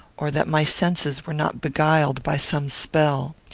or that my senses were not beguiled by some spell.